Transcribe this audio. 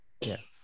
Yes